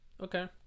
okay